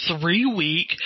three-week